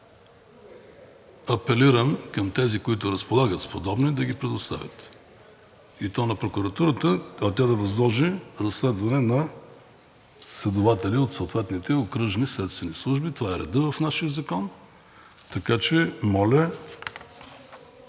Апелирам към тези, които разполагат с подобни, да ги предоставят, и то на прокуратурата, а тя да възложи разследване на следователи от съответните окръжни следствени служби. Това е редът в нашия закон, така че моля